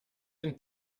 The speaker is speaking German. den